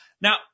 Now